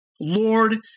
Lord